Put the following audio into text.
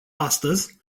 astăzi